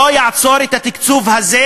שלא יעצור את התקצוב הזה,